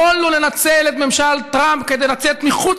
יכולנו לנצל את ממשל טראמפ כדי לצאת מחוץ